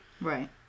Right